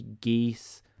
geese